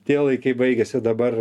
tie laikai baigės jau dabar